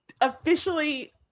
officially